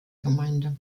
gemeinde